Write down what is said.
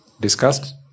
discussed